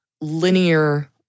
linear